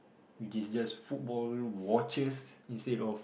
which is just football watches instead of